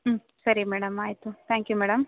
ಹ್ಞೂ ಸರಿ ಮೇಡಮ್ ಆಯಿತು ತ್ಯಾಂಕ್ ಯು ಮೇಡಮ್